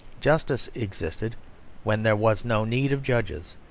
justice existed when there was no need of judges,